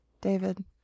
David